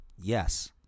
Yes